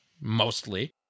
mostly